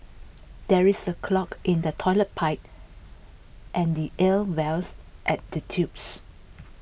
there is A clog in the Toilet Pipe and the air Vales at the tubes